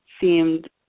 seemed